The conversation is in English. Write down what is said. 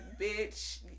bitch